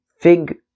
fig